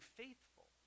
faithful